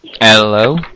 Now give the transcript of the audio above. hello